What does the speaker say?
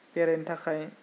बेरायनो थाखाय